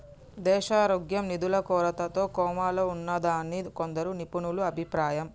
దేశారోగ్యం నిధుల కొరతతో కోమాలో ఉన్నాదని కొందరు నిపుణుల అభిప్రాయం